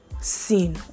sin